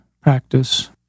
practice